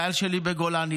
חייל שלי בגולני,